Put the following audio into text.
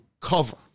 cover